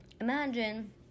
Imagine